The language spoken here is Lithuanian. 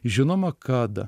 žinoma kad